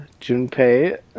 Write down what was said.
Junpei